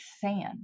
sand